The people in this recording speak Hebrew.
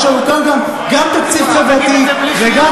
יש לנו כאן גם תקציב חברתי, תגיד את זה בלי חיוך.